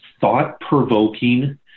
thought-provoking